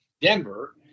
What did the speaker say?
Denver